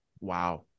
wow